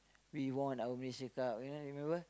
we won our Malaysia-Cup you know remember